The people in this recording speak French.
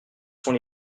sont